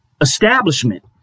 establishment